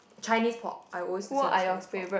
Chinese pop I always listen to Chinese pop